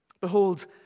Behold